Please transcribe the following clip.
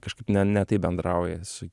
kažkaip ne ne taip bendrauja su